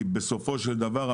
כי בסופו של דבר,